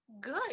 good